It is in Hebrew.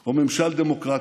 או ממשל דמוקרטי.